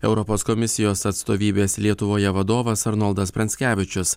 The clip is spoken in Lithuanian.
europos komisijos atstovybės lietuvoje vadovas arnoldas pranckevičius